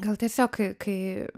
gal tiesiog kai